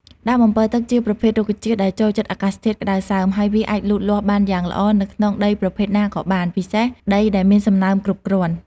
ដើមអម្ពិលទឹកជាប្រភេទរុក្ខជាតិដែលចូលចិត្តអាកាសធាតុក្តៅសើម ហើយវាអាចលូតលាស់បានយ៉ាងល្អនៅក្នុងដីប្រភេទណាក៏បាន ពិសេសដីដែលមានសំណើមគ្រប់គ្រាន់។